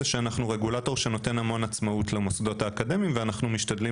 אנחנו רגולטור שנותן המון עצמאות למוסדות אקדמיים ואנחנו משתדלים